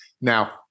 Now